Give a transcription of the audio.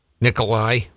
Nikolai